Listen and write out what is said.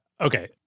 Okay